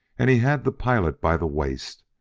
and he had the pilot by the waist,